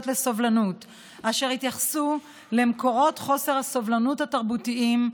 לסובלנות אשר יתייחסו למקורות חוסר הסובלנות התרבותיים,